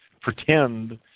pretend